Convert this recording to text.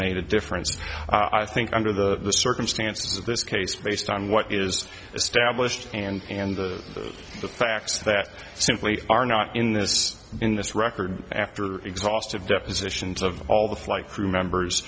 made a difference i think under the circumstances of this case based on what is established and and the the facts that simply are not in this in this record after exhaustive depositions of all the flight crew